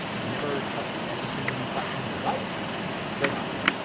you've never touched an editing platform in your life great option!